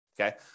okay